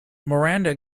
miranda